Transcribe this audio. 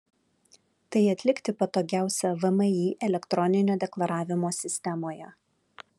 tai atlikti patogiausia vmi elektroninio deklaravimo sistemoje